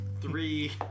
Three